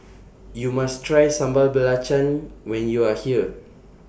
YOU must Try Sambal Belacan when YOU Are here